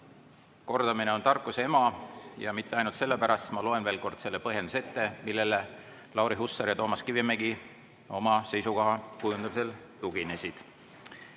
kordamine on tarkuse ema, ja mitte ainult sellepärast, ma loen veel kord ette põhjenduse, millele Lauri Hussar ja Toomas Kivimägi oma seisukoha kujundamisel tuginesid. Eelnõu